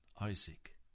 Isaac